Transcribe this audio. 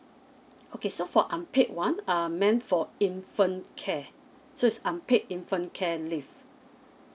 okay so for um unpaid one are meant for infant care so it's unpaid infant care leave